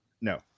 no